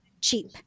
cheap